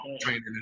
training